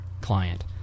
client